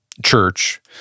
Church